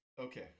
Okay